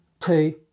two